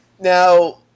Now